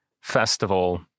festival